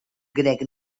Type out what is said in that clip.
grec